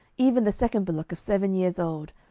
even the second bullock of seven years old,